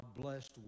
blessed